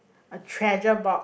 a treasure box